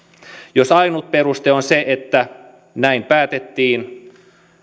jos ainut peruste on se että näin päätettiin